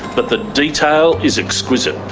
but the detail is exquisite.